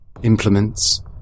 implements